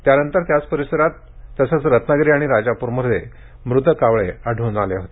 त्यानंतर त्याच परिसरात तसेच रत्नागिरी आणि राजाप्रमध्ये मृत कावळे आढळले होते